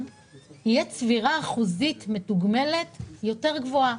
תהיה צבירה אחוזית מתוגמלת יותר גבוהה.